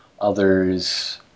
Others